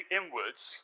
inwards